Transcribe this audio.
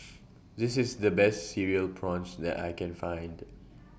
This IS The Best Cereal Prawns that I Can Find